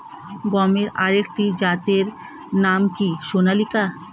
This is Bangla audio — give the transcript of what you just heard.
গমের আরেকটি জাতের নাম কি সোনালিকা?